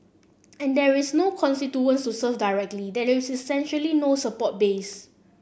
and there is no constituents to serve directly there is essentially no support base